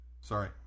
Sorry